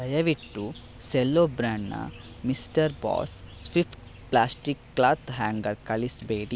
ದಯವಿಟ್ಟು ಸೆಲ್ಲೋ ಬ್ರ್ಯಾಂಡ್ನ mister boss fifty plastic cloth hanger ಕಳಿಸಬೇಡಿ